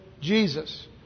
Jesus